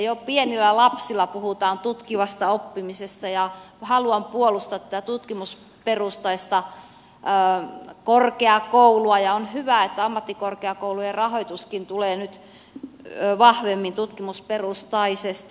jo pienillä lapsilla puhutaan tutkivasta oppimisesta ja haluan puolustaa tätä tutkimusperustaista korkeakoulua ja on hyvä että ammattikorkeakoulujen rahoituskin tulee nyt vahvemmin tutkimusperustaisesti